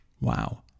Wow